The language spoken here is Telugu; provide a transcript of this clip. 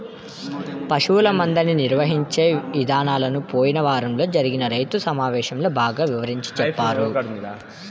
పశువుల మందని నిర్వహించే ఇదానాలను పోయిన వారంలో జరిగిన రైతు సమావేశంలో బాగా వివరించి చెప్పారు